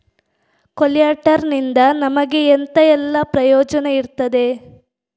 ಕೊಲ್ಯಟರ್ ನಿಂದ ನಮಗೆ ಎಂತ ಎಲ್ಲಾ ಪ್ರಯೋಜನ ಇರ್ತದೆ?